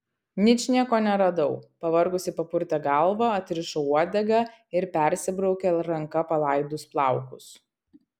ničnieko neradau pavargusi papurtė galvą atrišo uodegą ir persibraukė ranka palaidus plaukus